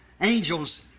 Angels